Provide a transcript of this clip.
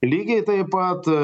lygiai taip pat